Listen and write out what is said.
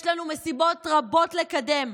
יש לנו משימות רבות לקדם.